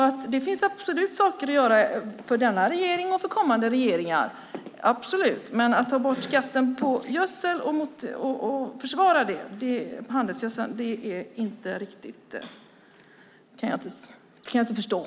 Det finns absolut saker att göra för denna regering och kommande regeringar. Men jag kan inte förstå att man kan försvara att ta bort skatten på handelsgödseln.